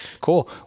cool